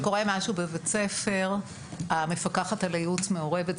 כשקורה משהו בבית ספר המפקחת על הייעוץ מעורבת.